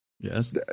Yes